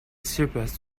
surprise